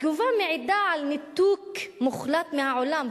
התגובה מעידה על ניתוק מוחלט מהעולם,